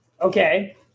Okay